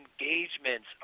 engagements